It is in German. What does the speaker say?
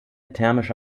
thermische